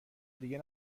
دیگه